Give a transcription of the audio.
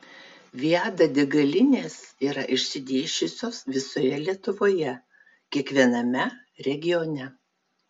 viada degalinės yra išsidėsčiusios visoje lietuvoje kiekviename regione